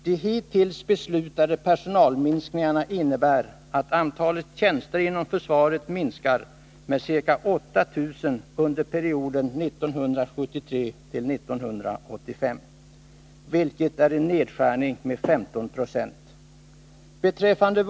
De hitintills beslutade personalminskningarna innebär att antalet tjänster inom försvaret reduceras med ca 8 000 under perioden 1973-1985, vilket är en nedskärning med 15 26.